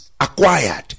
Acquired